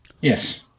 Yes